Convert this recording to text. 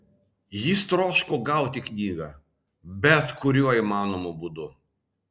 jis troško gauti knygą bet kuriuo įmanomu būdu